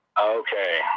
Okay